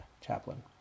Chaplain